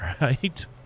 right